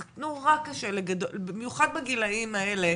זה נורא קשה במיוחד בגילאים האלה,